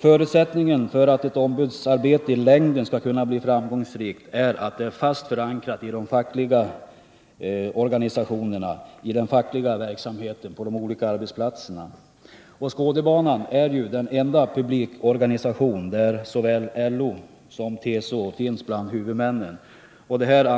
Förutsättningen för att ett ombudsarbete i längden skall kunna bli framgångsrikt är att det är fast förankrat i den fackliga verksamheten på de olika arbetsplatserna. Skådebanan är den enda publikorganisation där såväl LO som TCO finns bland huvudmännen. Detta innebär